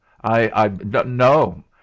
I—I—no